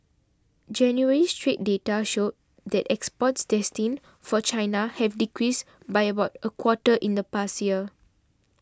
January's trade data showed that exports destined for China have decreased by about a quarter in the past year